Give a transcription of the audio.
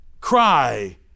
Cry